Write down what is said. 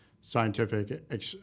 scientific